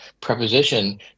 preposition